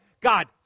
God